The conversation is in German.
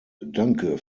danke